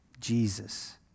Jesus